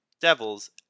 Devils